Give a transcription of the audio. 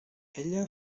ella